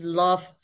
love